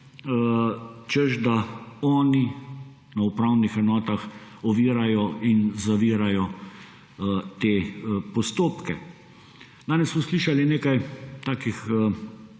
češ da oni na upravnih enotah ovirajo in zavirajo te postopke. Danes smo slišali nekaj takih